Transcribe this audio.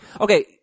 okay